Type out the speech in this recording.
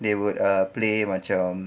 they would ah play macam